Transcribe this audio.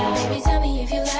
tell me if you